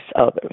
others